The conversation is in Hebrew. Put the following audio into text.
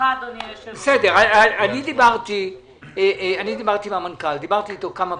אני דיברתי עם המנכ"ל כמה פעמים.